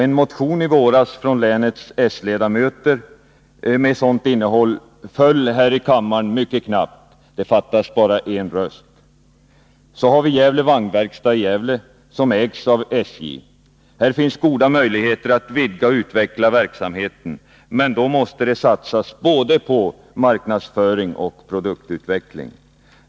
En motion i våras från länets socialdemokratiska ledamöter med sådant innehåll föll här i kammaren mycket knappt — det fattades bara en röst. Så har vi Gävle Vagnverkstad i Gävle, som ägs av SJ. Här finns goda möjligheter att vidga och utveckla verksamheten, men då måste det satsas både på marknadsföring och på produktutveckling.